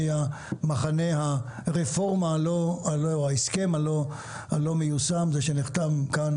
מחנה הרפורמה הלא הוא ההסכם הלא מיושם; זה שנחתם כאן,